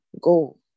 go